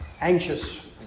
anxious